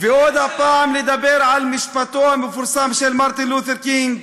ועוד פעם לדבר על משפטו המפורסם של מרטין לותר קינג,